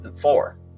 four